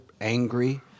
angry